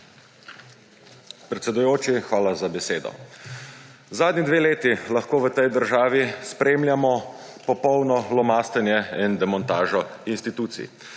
Predsedujoči, hvala za besedo. Zadnji dve leti lahko v tej državi spremljamo popolno lomastenje in demontažo institucij.